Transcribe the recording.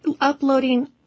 uploading